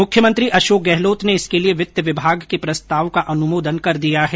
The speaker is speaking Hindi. मुख्यमंत्री अशोक गहलोत ने इसके लिए वित्त विभाग के प्रस्ताव का अनुमोदन कर दिया है